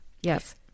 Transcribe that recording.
Yes